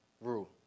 rule